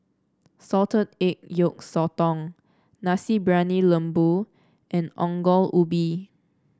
Salted Egg Yolk Sotong Nasi Briyani Lembu and Ongol Ubi